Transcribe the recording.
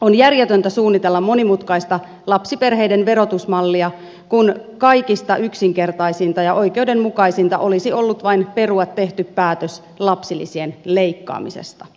on järjetöntä suunnitella monimutkaista lapsiperheiden verotusmallia kun kaikista yksinkertaisinta ja oikeudenmukaisinta olisi ollut vain perua tehty päätös lapsilisien leikkaamisesta